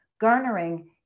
garnering